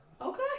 Okay